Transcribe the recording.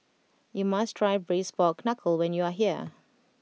you must try Braised Pork Knuckle when you are here